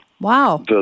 wow